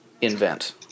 invent